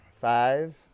Five